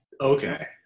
Okay